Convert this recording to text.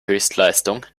höchstleistung